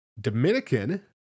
Dominican